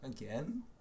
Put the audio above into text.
again